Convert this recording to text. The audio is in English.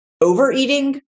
overeating